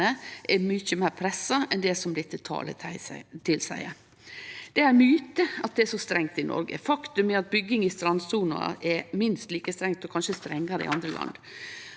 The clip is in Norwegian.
er mykje meir pressa enn det dette talet tilseier. Det er ein myte at det er så strengt i Noreg. Faktum er at bygging i strandsona er minst like strengt og kanskje strengare i andre land.